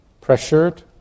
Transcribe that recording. pressured